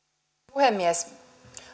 puhemies